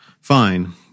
Fine